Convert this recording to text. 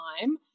time